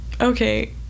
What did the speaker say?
Okay